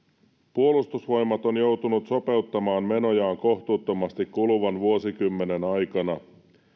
puolustusvoimat on joutunut sopeuttamaan menojaan kohtuuttomasti kuluvan vuosikymmenen aikana